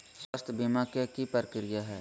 स्वास्थ बीमा के की प्रक्रिया है?